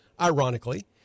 ironically